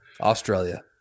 Australia